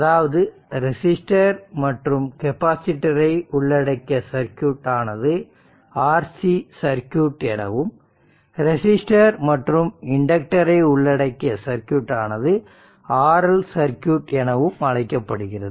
அதாவது ரெசிஸ்டர் மற்றும் கெப்பாசிட்டர் ஐ உள்ளடக்கிய சர்க்யூட் ஆனது RC சர்க்யூட் எனவும் ரெசிஸ்டர் மற்றும் இண்டக்டர் ஐ உள்ளடக்கிய சர்க்யூட் ஆனது RL சர்க்யூட் எனவும் அழைக்கப்படுகிறது